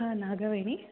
ಹಾಂ ನಾಗವೇಣಿ